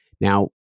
Now